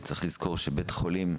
צריך לזכור שבית חולים,